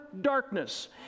darkness